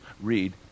read